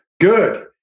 Good